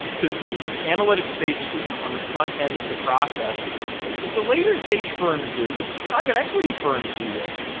because we use an analytics-based screen on the frontend of the process that the later stage firms do, the private equity firms do this,